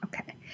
Okay